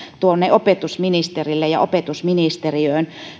opetusministerille ja opetusministeriöön